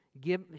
give